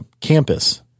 campus